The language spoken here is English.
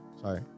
Sorry